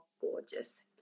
gorgeous